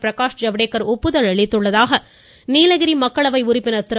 பிரகாஷ் ஜவ்டேகர் ஒப்புதல் அளித்துள்ளதாக நீலகிரி மக்களவை உறுப்பினர் திரு